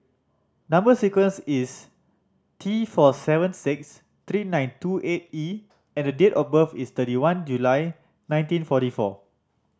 number sequence is T four seven six three nine two eight E and the date of birth is thirty one July nineteen forty four